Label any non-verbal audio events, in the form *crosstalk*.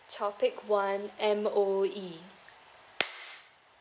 topic one M_O_E *noise*